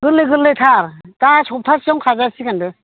गोरलै गोरलैथार दा सब्थाहसेयावनो खाजासिगोन बे